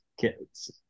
kids